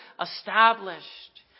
established